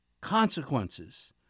consequences